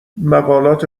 مقالات